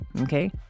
Okay